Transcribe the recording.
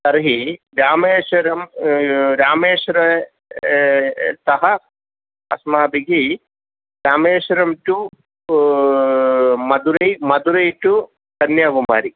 तर्हि रामेश्वरं रामेश्वर तः अस्माभिः रामेश्वरं टु मधुरै मधुरै टु कन्याकुमारी